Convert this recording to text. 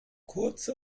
kurze